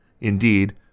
Indeed